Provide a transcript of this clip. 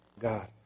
God